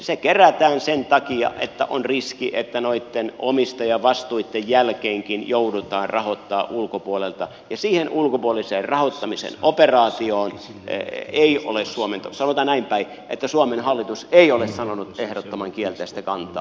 se kerätään sen takia että on riski että noitten omistajavastuitten jälkeenkin joudutaan rahoittamaan ulkopuolelta ja siihen ulkopuoliseen rahoittamisen operaatioon ey ei ole suomen sotalain tai että suomen hallitus ei ole sanonut ehdottoman kielteistä kantaa